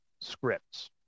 scripts